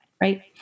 right